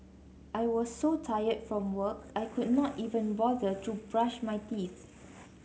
I was so tired from work I could not even bother to brush my teeth